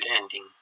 ending